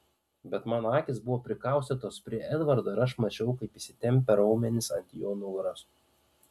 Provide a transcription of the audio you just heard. bet mano akys buvo prikaustytos prie edvardo ir aš mačiau kaip įsitempę raumenys ant jo nugaros